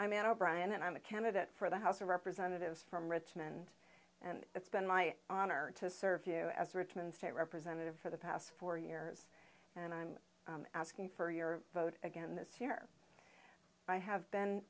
i'm an o'brien and i'm a candidate for the house of representatives from richmond and it's been my honor to serve you as a richmond state representative for the past four years and i'm asking for your vote again this year i have been